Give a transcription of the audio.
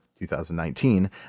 2019